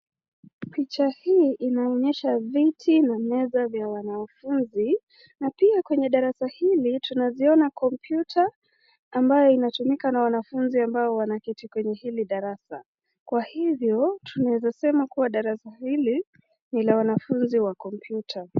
Picha hii inaonyesha viti na meza vya wanafunzi na pia kwenye darasa hili tunaziona kompyuta ambayo inatumika na wanafunzi ambao wanaketi kwenye hili darasa, Kwa hivyo tunaweza sema kuwa darasa hili ni la wanafunzi wa kompyuta.